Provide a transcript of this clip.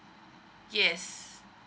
yes